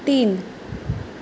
तीन